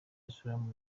islam